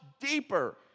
deeper